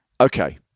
Okay